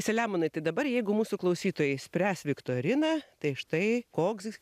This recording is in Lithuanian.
selemonai tai dabar jeigu mūsų klausytojai spręs viktoriną tai štai koks